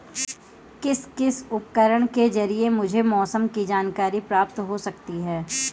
किस किस उपकरण के ज़रिए मुझे मौसम की जानकारी प्राप्त हो सकती है?